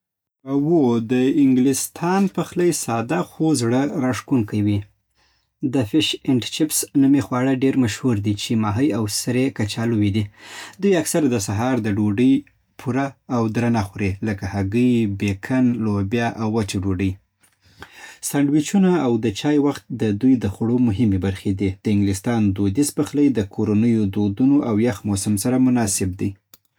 هو، د انګلستان پخلی ساده خو زړه راښکونکی وي. د فش اینډ چپس نومې خواړه ډېر مشهور دي، چې ماهی او سرې کچالوي دي. دوی اکثرآ د سهار ډوډۍ پوره او درنه خوري، لکه هګۍ، بیکن، لوبیا او وچه ډوډۍ. سانډویچونه او د چای وخت د دوی د خوړو مهمې برخې دي. د انګلستان دودیز پخلی د کورنیو دودونو او یخ موسم سره مناسب دی.